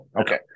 Okay